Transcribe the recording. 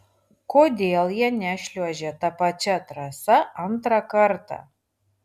kodėl jie nešliuožė ta pačia trasa antrą kartą